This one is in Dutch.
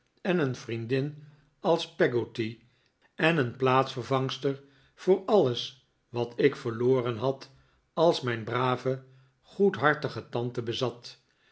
en een vriendin als peggotty en een plaatsvervangster voor alles wat ik verloren had als mijn brave goedhartige tante bezat